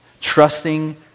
Trusting